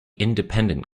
independent